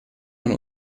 man